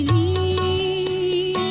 a